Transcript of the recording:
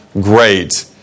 great